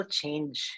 change